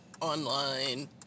online